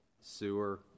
sewer